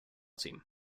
team